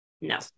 No